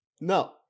No